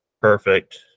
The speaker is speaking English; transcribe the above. perfect